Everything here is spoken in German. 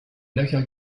löcher